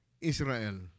Israel